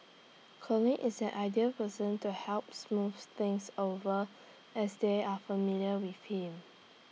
Colin is the ideal person to help smooth things over as they are familiar with him